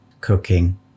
cooking